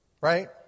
right